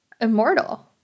immortal